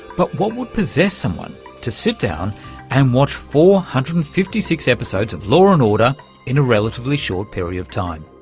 but what would possess someone to sit down and watch four hundred and fifty six episodes of law and order in a relatively short period of time?